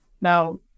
Now